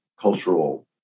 cultural